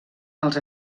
als